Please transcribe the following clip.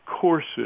courses